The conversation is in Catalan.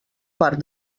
part